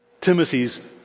Timothy's